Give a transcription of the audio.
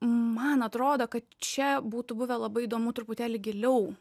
man atrodo kad čia būtų buvę labai įdomu truputėlį giliau